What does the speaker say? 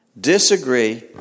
disagree